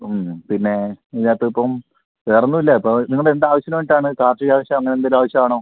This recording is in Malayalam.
പിന്നെ ഇതിനകത്ത് ഇപ്പം വേറൊന്നുമില്ല ഇപ്പം നിങ്ങൾ എന്ത് ആവശ്യത്തിന് വേണ്ടിയിട്ടാണ് കാർഷിക ആവശ്യമാണോ എന്തിൻ്റെ ആവശ്യമാണോ